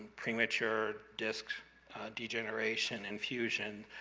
premature disc degeneration and fusion,